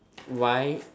why